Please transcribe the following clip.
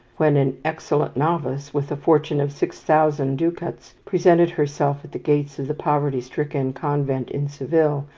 when an excellent novice with a fortune of six thousand ducats presented herself at the gates of the poverty-stricken convent in seville,